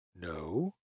No